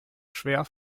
schwer